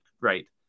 right